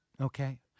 Okay